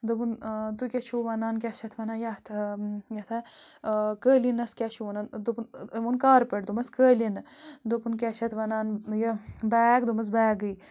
دوٚپُن تُہۍ کیٛاہ چھُو وَنان کیٛاہ چھِ اَتھ وَنان یَتھ یِتھ ہَہ قٲلیٖنَس کیٛاہ چھُو وَنان دوٚپُن أمۍ ووٚن کارپٮ۪ٹ دوٚپمَس قٲلیٖنہٕ دوٚپُن کیٛاہ چھِ اَتھ وَنان یہِ بیگ دوٚپمَس بیگٕے